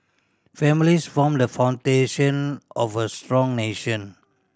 families form the foundation of a strong nation